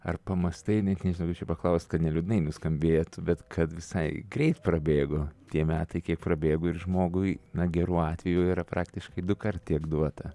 ar pamąstai net nežinau kaip čia paklausk kad ne liūdnai nuskambėtų bet kad visai greit prabėgo tie metai kaip prabėgo ir žmogui na gerų atvejų yra praktiškai dukart tiek duota